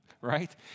Right